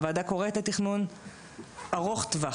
הוועדה קוראת לתכנון ארוך טווח,